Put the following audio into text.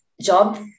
job